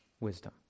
wisdom